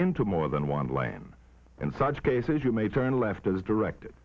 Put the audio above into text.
into more than one land and such cases you may turn left as directed